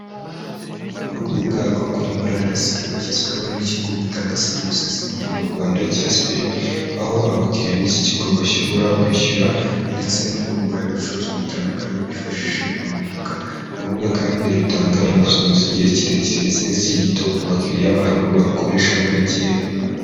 Urubuga rwo kuri murandasi rwashyizweho n'ikigo gitanga serivisi z'imari mu Rwanda cya spin, aho abakiriya b'iki kigo bashobora kwishyura ndetse no kugura ibicuruzwa bitandukanye, bifashishije uru rubuga. Uru rubuga kandi rutanga inguzanyo z'igihe kirekire ndetse n'iz'igihe gito ku bakiriya barwo, barukoresha buri gihe.